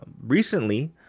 recently